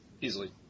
Easily